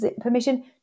permission